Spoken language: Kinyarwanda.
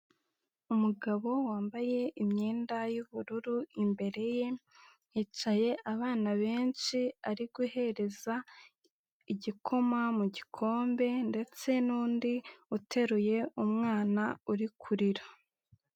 Umugabo wambaye imyenda y'ubururu, imbere ye hicaye abana benshi ari guhereza igikoma mu gikombe ndetse n'undi uteruye umwana uri kurira.